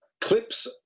clips